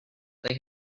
they